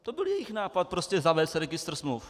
To byl jejich nápad zavést registr smluv.